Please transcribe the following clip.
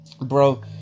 bro